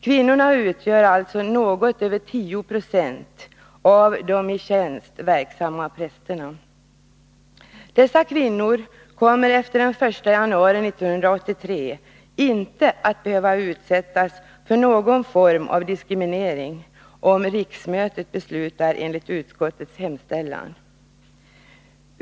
Kvinnorna utgör alltså något över 10 90 av de i tjänst verksamma prästerna. Dessa kvinnor kommer efter den 1 januari 1983 inte att behöva utsättas för någon form av diskriminering, om riksmötet beslutar enligt utskottets hemställan.